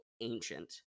ancient